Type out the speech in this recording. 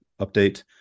update